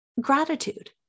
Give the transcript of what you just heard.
gratitude